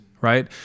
right